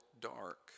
dark